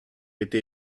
était